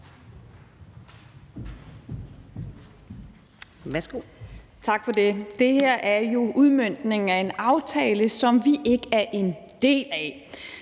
Værsgo.